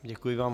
Děkuji vám.